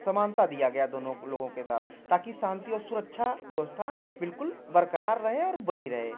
समानता दिया गया दोनों लोगों के साथ ताकि शान्ति और सुरक्षा व्यवस्था बिल्कुल बरकरार रहे और बनी रहे